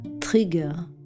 trigger